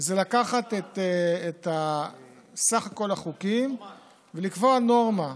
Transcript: זה לקחת את סך כל החוקים ולקבוע נורמה,